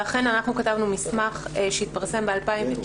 אכן אנחנו כתבנו מסמך שהתפרסם ב-2019.